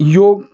योग